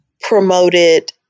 promoted